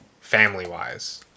Family-wise